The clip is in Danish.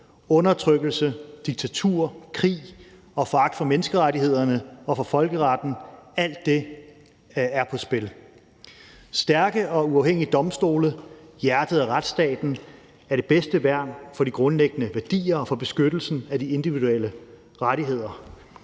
undertrykkelse, diktatur, krig og foragt for menneskerettighederne og for folkeretten. Alt det er på spil. Stærke og uafhængige domstole, hjertet af retsstaten, er det bedste værn for de grundlæggende værdier og for beskyttelsen af de individuelle rettigheder.